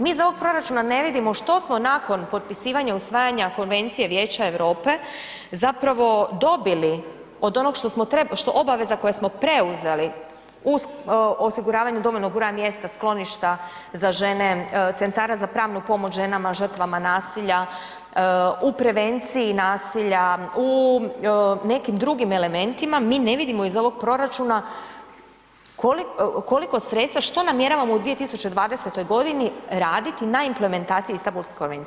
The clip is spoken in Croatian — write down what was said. Mi iz ovog proračuna ne vidimo što smo nakon potpisivanja i usvajanja Konvencije Vijeća Europe zapravo dobili od onog što smo trebali, što obaveza koje smo preuzeli uz osiguravanje dovoljnog broja mjesta skloništa za žene, centara za pravnu pomoć ženama žrtvama nasilja, u prevenciji nasilja, u nekim drugim elementima, mi ne vidimo iz ovog proračuna koliko sredstva, što namjeravamo u 2020.g. raditi na implementaciji Istambulske konvencije.